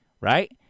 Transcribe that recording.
right